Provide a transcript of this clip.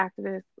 activists